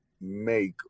make